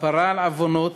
כפרה על עוונות